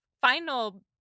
final